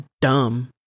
dumb